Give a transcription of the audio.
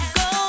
go